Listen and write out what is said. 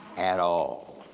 at all.